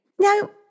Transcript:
now